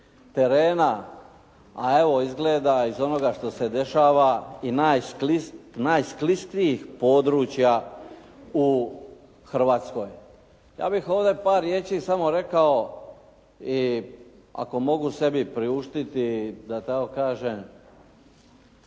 terena, a evo izgleda iz onoga što se dešava i najskliskijih područja u Hrvatskoj. Ja bih ovdje par riječi samo rekao i ako mogu sebi priuštiti da tako kažem,